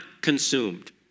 consumed